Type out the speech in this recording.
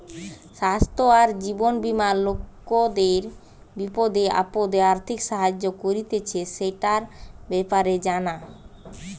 স্বাস্থ্য আর জীবন বীমা লোকদের বিপদে আপদে আর্থিক সাহায্য করতিছে, সেটার ব্যাপারে জানা